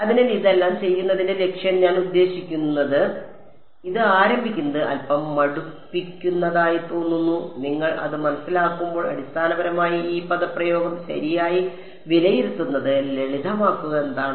അതിനാൽ ഇതെല്ലാം ചെയ്യുന്നതിന്റെ ലക്ഷ്യം ഞാൻ ഉദ്ദേശിക്കുന്നു ഇത് ആരംഭിക്കുന്നത് അൽപ്പം മടുപ്പിക്കുന്നതായി തോന്നുന്നു നിങ്ങൾ അത് മനസ്സിലാക്കുമ്പോൾ അടിസ്ഥാനപരമായി ഈ പദപ്രയോഗം ശരിയായി വിലയിരുത്തുന്നത് ലളിതമാക്കുക എന്നതാണ്